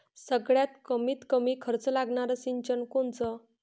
सगळ्यात कमीत कमी खर्च लागनारं सिंचन कोनचं?